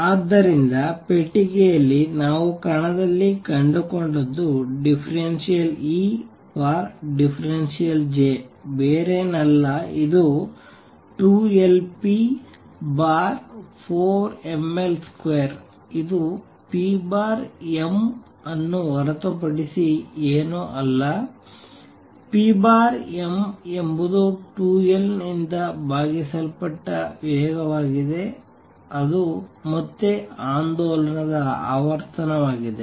ಆದ್ದರಿಂದ ಪೆಟ್ಟಿಗೆಯಲ್ಲಿ ನಾವು ಕಣದಲ್ಲಿ ಕಂಡುಕೊಂಡದ್ದು ∂E∂J ಬೇರೇನಲ್ಲ ಇದು 2Lp4mL2 ಇದು p m ಅನ್ನು ಹೊರತುಪಡಿಸಿ ಏನೂ ಅಲ್ಲ p m ಎಂಬುದು 2L ನಿಂದ ಭಾಗಿಸಲ್ಪಟ್ಟ ವೇಗವಾಗಿದೆ ಅದು ಮತ್ತೆ ಆಂದೋಲನದ ಆವರ್ತನವಾಗಿದೆ